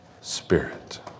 spirit